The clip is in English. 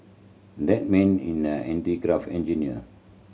that man in an craft engineer